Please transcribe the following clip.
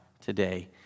today